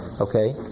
okay